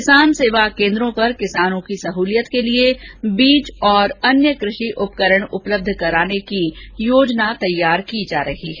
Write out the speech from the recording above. किसान सेवा केन्द्रों पर किसानों की सहलियत के लिए बीज तथा अन्य कृषि उपकरण उपलब्ध कराने की योजना तैयार की जा रही है